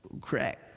crack